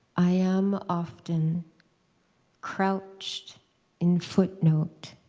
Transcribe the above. i am often crouched in footnote